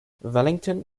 wellington